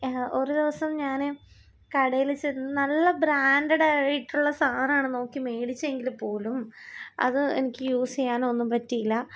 ഒരു ദിവസം ഞാന് കടയില് ചെന്ന് നല്ല ബ്രാൻഡെഡായിട്ടുള്ള സാധനമാണ് നോക്കി മേടിച്ചതെങ്കിൽ പോലും അത് എനിക്ക് യൂസെയ്യാനോ ഒന്നും പറ്റിയില്ല